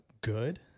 good